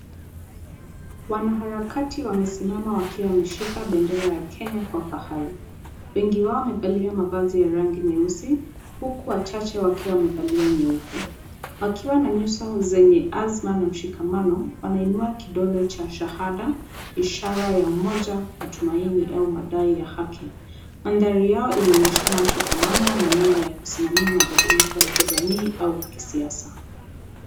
Wanaharakati wamesimama wakiwa wameshika bendera ya Kenya kwa fahari. Wengi wao wamevalia mavazi ya rangi nyeusi huku wachache wakiwa wamevalia nyeupe. Wakiwa na nyuso zenye azma na mshikamano, wanainua kidole cha shahada, ishara ya umoja, matumaini au madai ya haki. Mandhari yao inaonyeshana mshikamano na nia ya kusimamia mabadiliko ya kijamii au kisiasa.